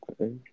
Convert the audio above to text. Okay